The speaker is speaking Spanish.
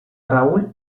raúl